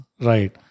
Right